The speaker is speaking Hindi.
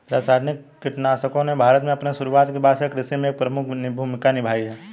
रासायनिक कीटनाशकों ने भारत में अपनी शुरुआत के बाद से कृषि में एक प्रमुख भूमिका निभाई है